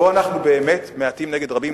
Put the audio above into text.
פה אנחנו באמת מעטים נגד רבים.